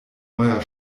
neuer